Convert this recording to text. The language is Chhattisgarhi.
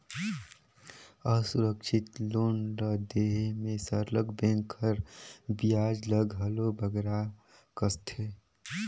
असुरक्छित लोन ल देहे में सरलग बेंक हर बियाज ल घलो बगरा कसथे